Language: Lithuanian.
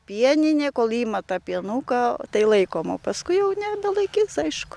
pieninė kol ji ima tą pienuką tai laikom paskui jau nebelaikys aišku